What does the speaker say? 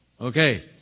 Okay